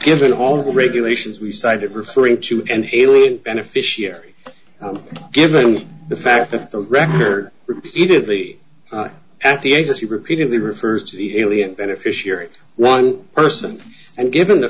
given all of the regulations we cited referring to and alien beneficiary given the fact that the record repeatedly at the agency repeatedly refers to the alien beneficiary of one person and given the